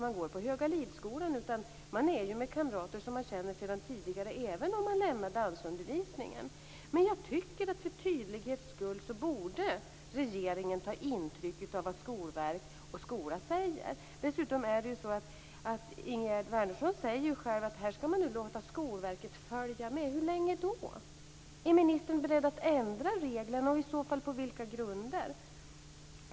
Man går på Högalidsskolan och är tillsammans med kamrater som man känner sedan tidigare, även om man lämnar dansundervisningen. För tydlighets skull borde regeringen ta intryck av vad Skolverket och skolan säger. Ingegerd Wärnersson säger ju själv att här skall man låta Skolverket följa med. Hur länge då? Är ministern beredd att ändra reglerna, och i så fall på vilka grunder?